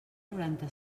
noranta